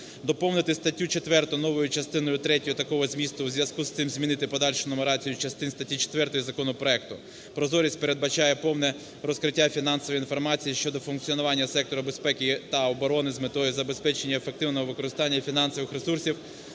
Доповнити статтю 4 новою частиною третьою такого змісту (у зв'язку із тим змінити подальшу нумерацію частин статі 4 законопроекту): "Прозорість передбачає повне розкриття фінансової інформації щодо функціонування сектору безпеки та оборони з метою забезпечення ефективного використання фінансових ресурсів